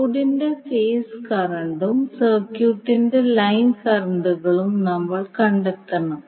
ലോഡിന്റെ ഫേസ് കറന്റും സർക്യൂട്ടിന്റെ ലൈൻ കറന്റുകളും നമ്മൾ കണ്ടെത്തണം